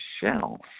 shelf